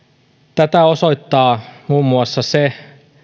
tätä osoittaa muun muassa se